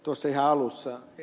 ihan alussa ed